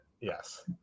Yes